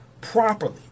properly